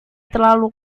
terlalu